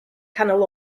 canol